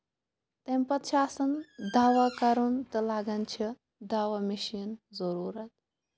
تَمہِ پَتہٕ چھِ آسان دوا کَرُن تہٕ لَگان چھِ دوا مِشیٖن ضٔروٗرت